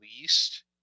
least